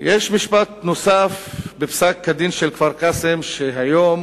יש משפט נוסף בפסק-הדין של כפר-קאסם שהיום